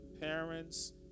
parents